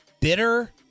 bitter